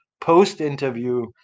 post-interview